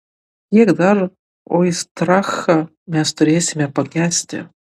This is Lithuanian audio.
kiek dar oistrachą mes turėsime pakęsti